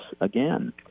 again